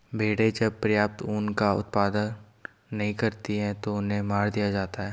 भेड़ें जब पर्याप्त ऊन का उत्पादन नहीं करती हैं तो उन्हें मार दिया जाता है